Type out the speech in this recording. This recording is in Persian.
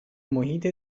محیط